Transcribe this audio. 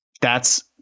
that's-